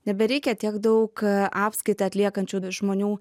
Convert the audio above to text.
nebereikia tiek daug apskaitą atliekančių žmonių